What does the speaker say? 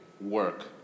work